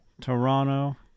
Toronto